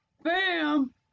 Bam